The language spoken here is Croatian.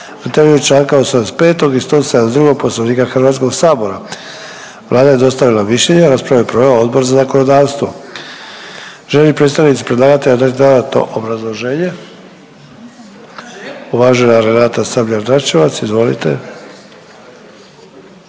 na temelju čl. 85. i 172. Poslovnika HS Vlada je dostavila mišljenje, raspravu je proveo Odbor za zakonodavstvo. Žele li predstavnici predlagatelja dati dodatno obrazloženje? Uvažena Renata Sabljar Dračevac, izvolite.